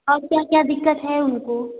और क्या क्या दिक्कत है उनको